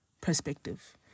perspective